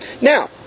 Now